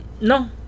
No